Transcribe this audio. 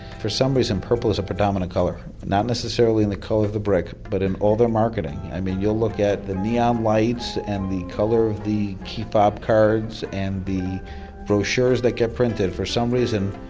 for some reason purple is a predominant color. not necessarily in the color of the brick but in all their marketing. i mean, you'll look at the neon lights and the color of the key fob cards and the brochures that get printed, for some reason,